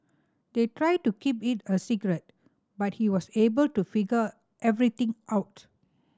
they tried to keep it a secret but he was able to figure everything out